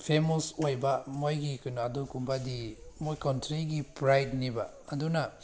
famous ꯑꯣꯏꯕ ꯃꯣꯏꯒꯤ ꯀꯩꯅꯣ ꯑꯗꯨꯒꯨꯝꯕꯗꯤ ꯃꯣꯏ ꯀꯟꯇ꯭ꯔꯤꯒꯤ ꯄ꯭ꯔꯥꯏꯠꯅꯦꯕ ꯑꯗꯨꯅ